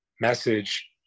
message